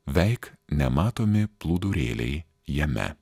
veik nematomi plūdurėliai jame